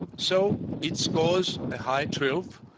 so it scores a high twelve.